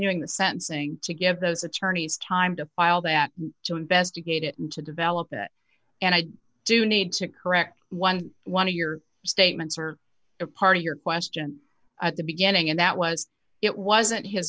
doing the sentencing to give those attorneys time to file that to investigate it and to develop that and i do need to correct eleven of your statements or a part of your question at the beginning and that was it wasn't his